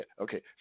okay